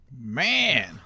Man